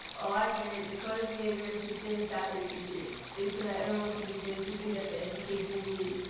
i get it. the code of behavior is for students, staff, and teachers. it's so that everyone can be safe so we can get the education we need.